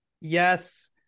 yes